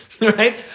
right